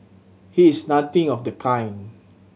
he is nothing of the kind